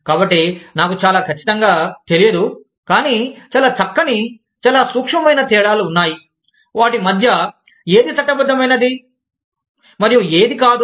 కాబట్టి నాకు చాలా ఖచ్చితంగా తెలియదు కానీ చాలా చక్కని చాలా సూక్ష్మమైన తేడాలు ఉన్నాయి వాటి మధ్య ఏది చట్టబద్ధమైనవి మరియు ఏది కాదు